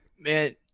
Man